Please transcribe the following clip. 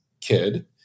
kid